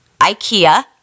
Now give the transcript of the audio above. Ikea